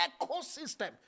ecosystem